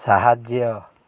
ସାହାଯ୍ୟ